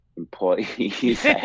Employees